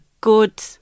good